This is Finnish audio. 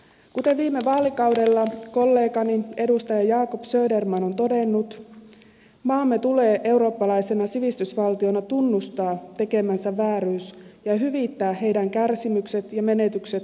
kuten viime vaalikaudella kollegani edustaja jacob söderman on todennut maamme tulee eurooppalaisena sivistysvaltiona tunnustaa tekemänsä vääryys ja hyvittää heidän kärsimyksensä ja menetyksensä kunniallisella tavalla